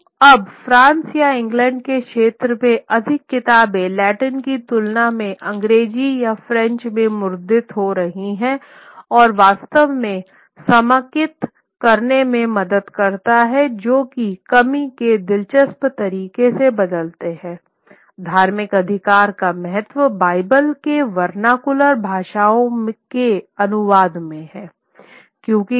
तो अब फ्रांस या इंग्लैंड के क्षेत्र में अधिक किताबें लैटिन की तुलना में अंग्रेजी या फ़्रेंच में मुद्रित हो रही हैं और वास्तव में समेकित करने में मदद करता है जो की कमी के दिलचस्प तरीके से बदलते हैंधार्मिक अधिकार का महत्व बाइबिल के वर्नाकुलर भाषाओं के अनुवाद में है